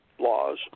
laws